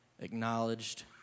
acknowledged